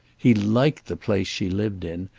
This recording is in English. he liked the place she lived in,